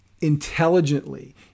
intelligently